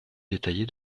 détaillée